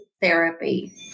therapy